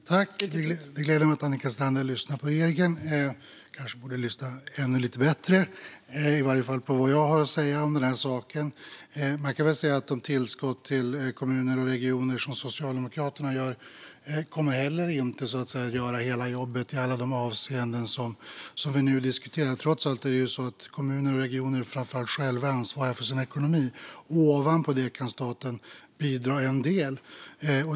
Fru talman! Det gläder mig att Annika Strandhäll lyssnar på regeringen. Hon kanske borde lyssna ännu lite bättre, i varje fall på vad jag har att säga om den här saken. De tillskott till kommuner och regioner som Socialdemokraterna gör kommer inte heller att göra hela jobbet i alla de avseenden som vi nu diskuterar. Trots allt är kommuner och regioner framför allt själva ansvariga för sin ekonomi. Ovanpå det kan staten bidra en del.